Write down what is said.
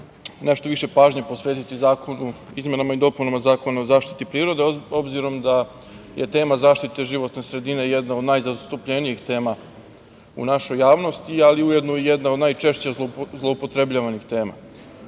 nešto više pažnje posvetiti izmenama i dopunama Zakona o zaštiti prirode, obzirom da je tema zaštite životne sredine jedan od najzastupljenijih tema u našoj javnosti, ali i ujedno jedna od najčešće zloupotrebljavanih tema. Kada